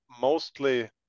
mostly